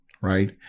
right